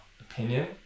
opinion